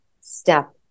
step